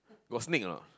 got snake or not